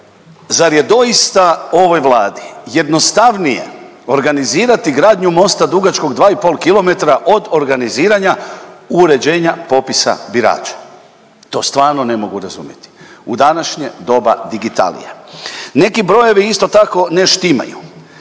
zar je doista ovoj Vladi jednostavnije organizirati gradnju mosta dugačkog dva i pol kilometra od organiziranja uređenja popisa birača. To stvarno ne mogu razumjeti u današnje doba digitalije. Neki brojevi isto tako ne štimaju.